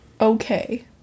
okay